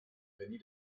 benny